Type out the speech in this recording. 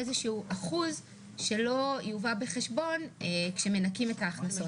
איזשהו אחוז שלא יובא בחשבון כשמנכים את ההכנסות האלה.